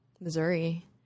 Missouri